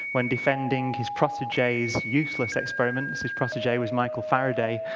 when defending his protege's useless experiments his protege was michael faraday